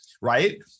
right